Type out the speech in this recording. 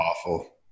awful